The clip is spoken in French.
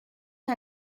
est